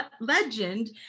legend